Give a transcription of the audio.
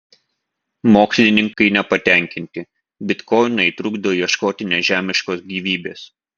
mokslininkai nepatenkinti bitkoinai trukdo ieškoti nežemiškos gyvybės